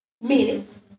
minutes